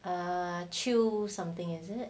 err chew something is it